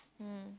mm